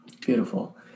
Beautiful